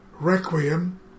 Requiem